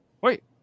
wait